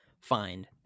find